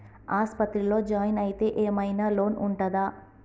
ఆస్పత్రి లో జాయిన్ అయితే ఏం ఐనా లోన్ ఉంటదా?